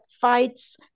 fights